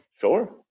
Sure